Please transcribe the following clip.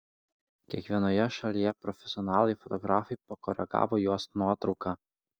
kiekvienoje šalyje profesionalai fotografai pakoregavo jos nuotrauką